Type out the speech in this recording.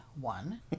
one